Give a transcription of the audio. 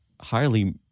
highly